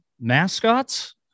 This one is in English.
mascots